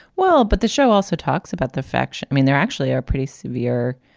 well, but the show also talks about the fact. i mean, there actually are pretty severe.